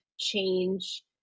change